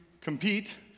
compete